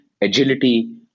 agility